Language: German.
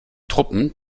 truppen